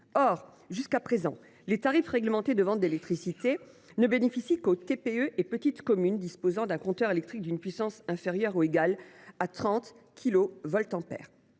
Or, jusqu’à présent, les tarifs réglementés de vente d’électricité ne bénéficient qu’aux TPE et petites communes disposant d’un compteur électrique d’une puissance inférieure ou égale à 36